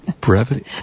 Brevity